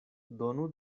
donu